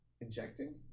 injecting